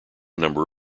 number